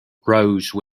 rose